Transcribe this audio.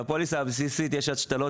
בפוליסה הבסיסית יש השתלות,